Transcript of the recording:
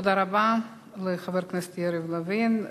תודה רבה לחבר הכנסת יריב לוין.